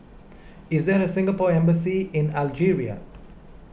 is there a Singapore Embassy in Algeria